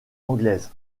anglaise